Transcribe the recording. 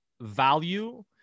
value